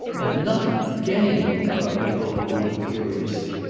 and nothing gained! cried the older woman furiously.